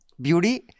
Beauty